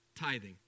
tithing